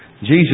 Jesus